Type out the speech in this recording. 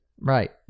Right